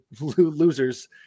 losers